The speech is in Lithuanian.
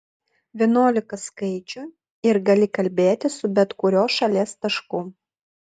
vienuolika skaičių ir gali kalbėti su bet kuriuo šalies tašku